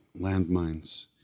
landmines